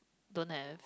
don't have